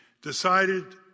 decided